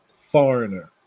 foreigner